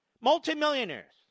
Multimillionaires